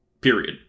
period